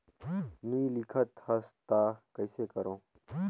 नी लिखत हस ता कइसे करू?